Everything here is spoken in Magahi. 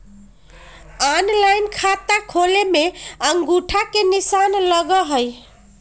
ऑनलाइन खाता खोले में अंगूठा के निशान लगहई?